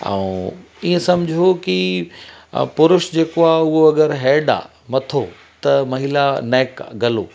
ऐं ईअं सम्झो कि पुरुष जेको आहे उहो अगरि हेडु आहे मथो त महिला नेक आहे गलो